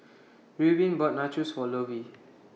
Reubin bought Nachos For Lovey